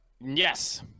Yes